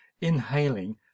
inhaling